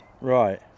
Right